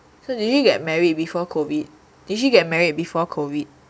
so did you get married before COVID did she get married before COVID